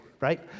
right